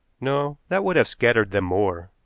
no, that would have scattered them more.